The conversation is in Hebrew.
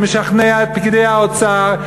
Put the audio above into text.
שמשכנע את פקידי האוצר,